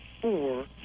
four